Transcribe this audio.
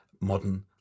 modern